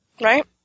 right